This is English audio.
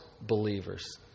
believers